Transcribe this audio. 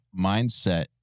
mindset